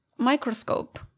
microscope